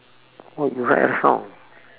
what you write a song